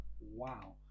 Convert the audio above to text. Wow